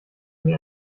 sie